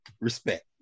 Respect